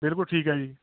ਬਿਲਕੁਲ ਠੀਕ ਹੈ ਜੀ